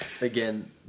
Again